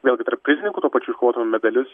vėlgi tarp prizininkų tuo pačiu iškovotumėm medalius